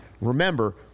Remember